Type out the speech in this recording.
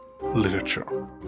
literature